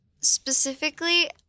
specifically